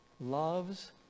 loves